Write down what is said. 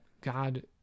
God